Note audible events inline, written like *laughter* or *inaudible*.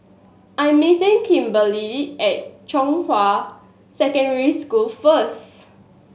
I'm meeting Kimberli *unintelligible* at Zhonghua Secondary School first